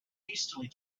hastily